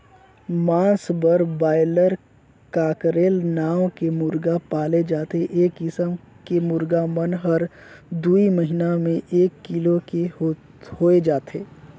मांस बर broiler, cockerel नांव के मुरगा पाले जाथे ए किसम के मुरगा मन हर दूई महिना में एक किलो के होय जाथे